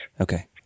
Okay